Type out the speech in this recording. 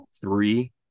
three